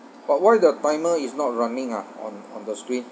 but why the timer is not running ah on on the screen